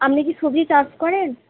আপনি কি সবজি চাষ করেন